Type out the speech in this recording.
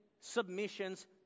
submission's